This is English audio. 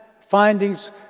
findings